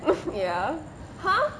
ya !huh!